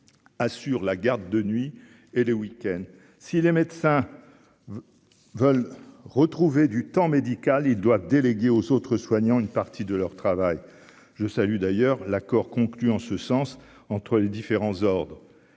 assure la garde de nuit et le week-end, si les médecins veulent retrouver du temps médical il doit déléguer aux autres soignants une partie de leur travail, je salue d'ailleurs l'accord conclu en ce sens entre les différents ordres